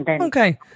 Okay